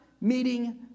meeting